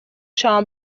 شما